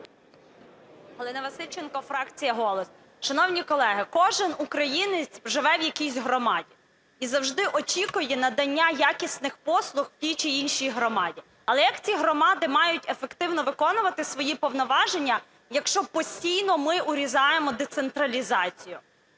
Галина Васильченко, фракція "Голос". Шановні колеги, кожен українець живе в якійсь громаді і завжди очікує надання якісних послуг в тій чи іншій громаді. Але як ці громади мають ефективно виконувати свої повноваження, якщо постійно ми урізаємо децентралізацію?